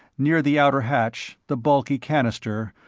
near the outer hatch the bulky cannister,